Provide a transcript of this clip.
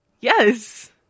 Yes